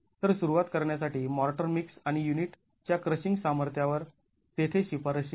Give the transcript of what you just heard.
तर सुरुवात करण्यासाठी मॉर्टर मिक्स आणि युनिट च्या क्रशिंग सामर्थ्यावर तेथे शिफारशी आहेत